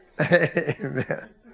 Amen